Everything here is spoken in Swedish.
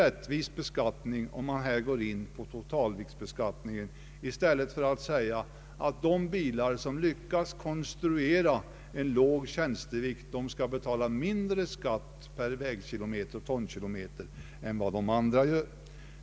Därför anser vi en totalviktsbeskattning vara bättre än att låta bilar som konstrueras med låg tjänstevikt få mindre skatt per vägkilometer och tonkilometer.